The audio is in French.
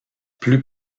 plus